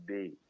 Day